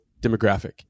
demographic